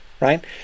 right